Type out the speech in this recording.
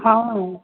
हँ हँ